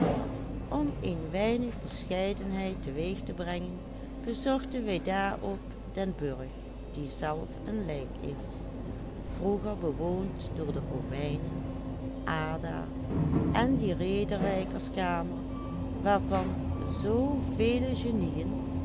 teweeg te brengen bezochten wij daarop den burg die zelf een lijk is vroeger bewoond door de romeinen ada en die rederijkerskamer waarvan